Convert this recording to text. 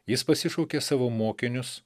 jis pasišaukė savo mokinius